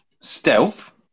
Stealth